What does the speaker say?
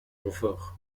confort